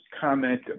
comment